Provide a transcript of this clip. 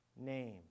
name